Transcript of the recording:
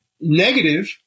negative